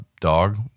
dog